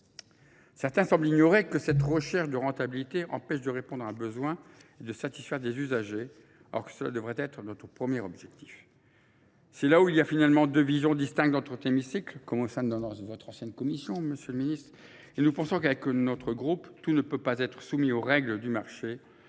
Certains semblent ignorer que cette recherche de rentabilité empêche de répondre à un besoin et de satisfaire des usagers, alors que cela devrait être notre premier objectif. C'est là où il y a finalement deux visions distinctes dans notre hémicycle, comme au sein de votre ancienne commission, monsieur le ministre, et nous pensons qu'avec notre groupe, tout ne peut pas être soumis aux règles du marché.